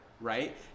right